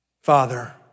Father